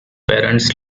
parents